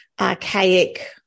archaic